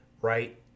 right